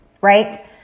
Right